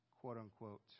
quote-unquote